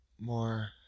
more